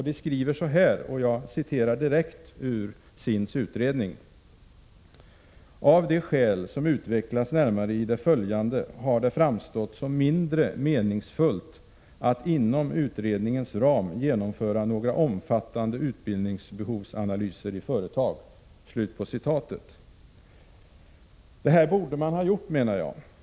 De skriver: ”Av de skäl som utvecklas närmare i det följande har det framstått som mindre meningsfullt att inom utredningens ram genomföra några omfattande utbildningsbehovsanalyser i företag.” Detta borde man ha gjort, menar jag.